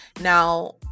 Now